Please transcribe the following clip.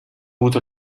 avuto